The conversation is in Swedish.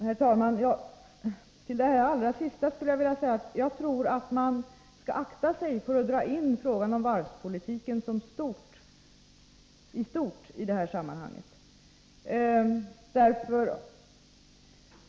Herr talman! Till det senast anförda skulle jag vilja säga: Jag tror att man skall akta sig för att dra in frågan om varvspolitiken i stort i detta sammanhang.